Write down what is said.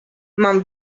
mam